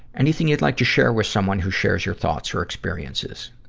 anything you'd like to share with someone who shares your thoughts or experiences?